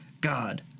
God